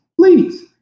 please